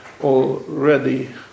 already